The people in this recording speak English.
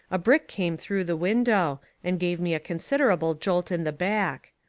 a brick came through the window, and gave me a considerable jolt in the back.